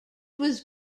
was